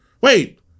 Wait